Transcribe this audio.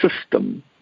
system